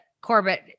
Corbett